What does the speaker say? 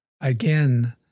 again